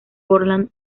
portland